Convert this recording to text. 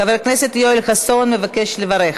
חבר הכנסת יואל חסון מבקש לברך.